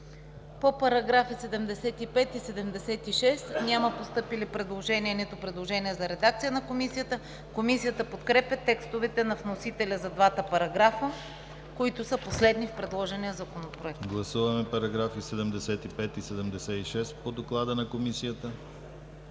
По параграфи 75 и 76 няма постъпили предложения, нито предложения за редакция на Комисията. Комисията подкрепя текстовете на вносителя за двата параграфа, които са последни в предложения Законопроект. ПРЕДСЕДАТЕЛ ДИМИТЪР ГЛАВЧЕВ: Гласуваме параграфи 75 и 76 по доклада на Комисията.